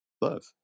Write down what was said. Love